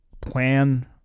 plan